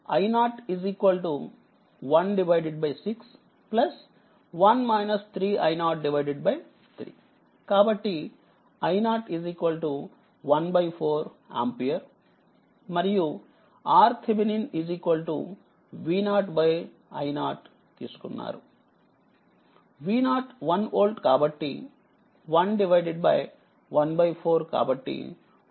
కాబట్టిi0 14ఆంపియర్మరియుRThV0 i0 తీసుకున్నారుV0 1 volt కాబట్టి 114 కాబట్టి 4Ω